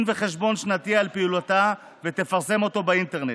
וחשבון שנתי על פעילותה ותפרסם אותו באינטרנט.